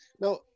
Now